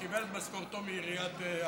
את שילמת, הוא קיבל את משכורתו מעיריית ערד.